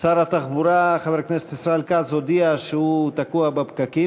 שר התחבורה חבר הכנסת ישראל כץ הודיע שהוא תקוע בפקקים.